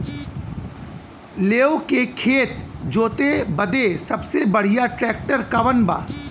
लेव के खेत जोते बदे सबसे बढ़ियां ट्रैक्टर कवन बा?